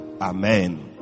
amen